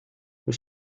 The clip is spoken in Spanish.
los